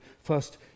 first